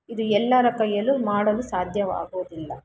ಇದು ಎಲ್ಲರ ಕೈಯಲ್ಲು ಮಾಡಲು ಸಾಧ್ಯವಾಗುವುದಿಲ್ಲ